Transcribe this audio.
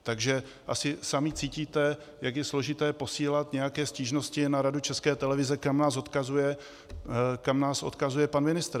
Takže asi sami cítíte, jak je složité posílat nějaké stížnosti na Radu České televize, kam nás odkazuje pan ministr.